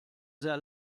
sehr